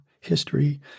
history